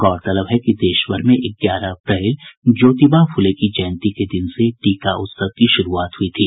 गौरतलब है कि देशभर में ग्यारह अप्रैल ज्योतिबा फुले की जयंती के दिन से टीका उत्सव की शुरूआत हुई थी